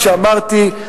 כפי שאמרתי,